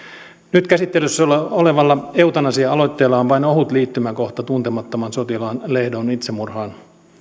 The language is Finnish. nyt käsittelyssä olevalla eutanasia aloitteella on vain ohut liittymäkohta tuntemattoman sotilaan lehdon itsemurhaan